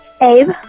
Abe